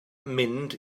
mynd